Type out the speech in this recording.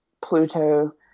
Pluto